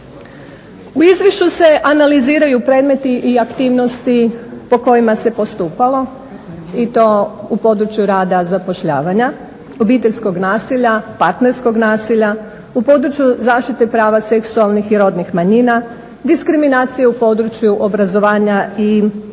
U izvješću se analiziraju predmeti i aktivnosti po kojima se postupalo i to u području rada zapošljavanja, obiteljskog nasilja, partnerskog nasilja, u području zaštite prava seksualnih i rodnih manjina, diskriminacije u području obrazovanja i upotrebe